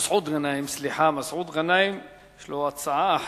הצעה אחרת.